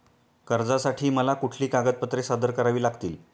कर्जासाठी मला कुठली कागदपत्रे सादर करावी लागतील?